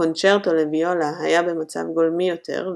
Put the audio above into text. הקונצ׳רטו לוויולה היה במצב גולמי יותר,